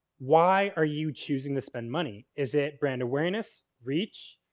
why are you choosing to spend money? is it brand awareness? reach?